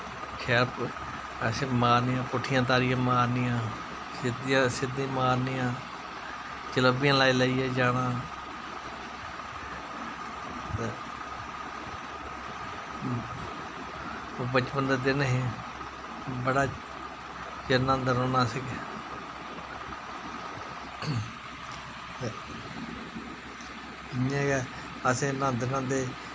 ते असें मारनियां पुट्ठियां तारियां मारनियां सिद्दियां सिद्धे मारनियां चलोबियां लाई लाइयै जाना ते ओह् बचपन दे दिन हे बड़े चिर न्हांदे रौह्ना असें ते इ'यां गै असें न्हांदे न्हांदे